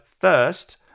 first